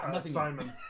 Simon